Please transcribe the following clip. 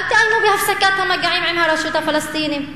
אל תאיימו בהפסקת המגעים עם הרשות הפלסטינית.